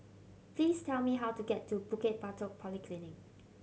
please tell me how to get to Bukit Batok Polyclinic